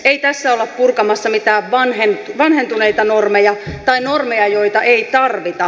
ei tässä olla purkamassa mitään vanhentuneita normeja tai normeja joita ei tarvita